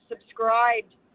subscribed